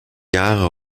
jahre